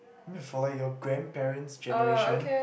mean for like your grandparents generation